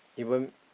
you won't